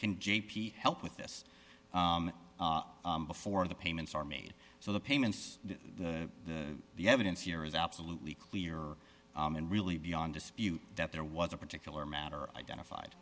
can j p help with this before the payments are made so the payments the the evidence here is absolutely clear and really beyond dispute that there was a particular matter identified